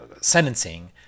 sentencing